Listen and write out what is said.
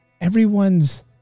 everyone's